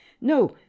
No